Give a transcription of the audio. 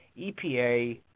EPA